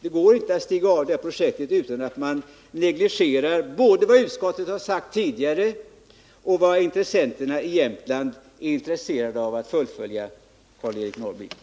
Det går inte att stiga av det här projektet utan att man negligerar både vad utskottet tidigare uttalat och vad intressenterna i Jämtland är intresserade av, Karl-Eric Norrby.